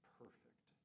perfect